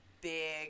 big